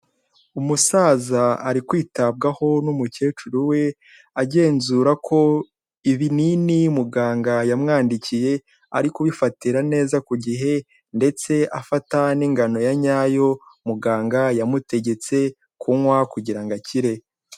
Umusaza ari kwitabwaho n'umukecuru we agenzura ko ibinini muganga yamwandikiye ari kubifatira neza ku gihe ndetse afata n'ingano ya nyayo muganga yamutegetse kunywa kugira ngo akire.